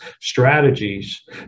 strategies